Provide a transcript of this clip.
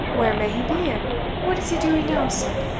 where may he be, and what is he doing now, sir?